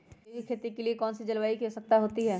गेंहू की खेती के लिए कौन सी जलवायु की आवश्यकता होती है?